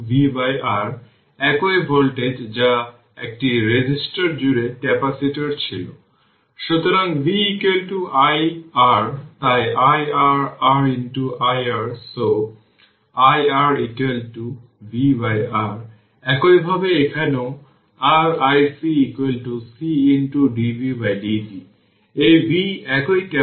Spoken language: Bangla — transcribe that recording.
অতএব একটি সমান একুইভ্যালেন্স সার্কিট এই ক্যাপাসিটর হবে এটি একটি সোর্স ফ্রি সার্কিট এবং এটি 01 ফ্যারাড এবং এই R এটি হল Req 4 মনে রাখবেন এই ধরনের জিনিসের জন্য R থেভেনিনকে প্রথম ইকুইভ্যালেন্ট করতে হবে